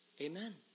Amen